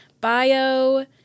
bio